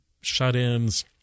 shut-ins